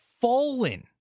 fallen